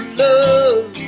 love